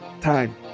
time